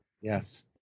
yes